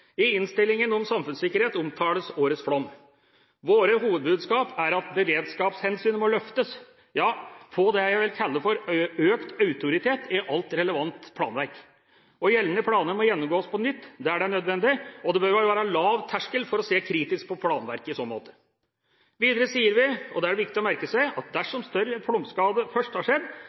I innstillingen om samfunnssikkerhet omtales årets flom. Våre hovedbudskap er at beredskapshensynet må løftes – ja, få det jeg vil kalle økt autoritet i alt relevant planverk. Gjeldende planer må gjennomgås på nytt der det er nødvendig, og det bør være lav terskel for å se kritisk på planverket i så måte. Videre sier vi – og det er det viktig å merke seg – at dersom større flomskade først har skjedd,